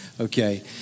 Okay